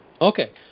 Okay